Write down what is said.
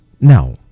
now